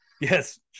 yes